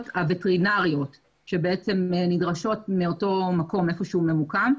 הווטרינריות שנדרשות מאותו מקום היכן הוא ממוקם.